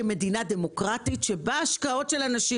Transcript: כמדינה דמוקרטית ובה השקעות של אנשים